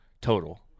total